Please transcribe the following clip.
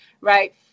right